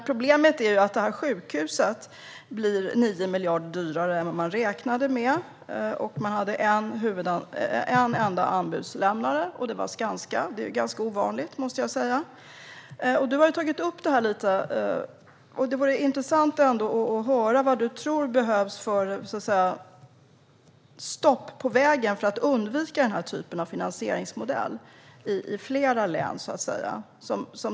Problemet är att sjukhuset blir 9 miljarder dyrare än vad man räknade med. Man hade en enda anbudslämnare, och det var Skanska. Det är ganska ovanligt, måste jag säga. Ministern har tagit upp detta lite grann, och det vore intressant att höra vad du tror behövs för att sätta stopp på vägen och för att undvika den här typen av finansieringsmodell i fler län.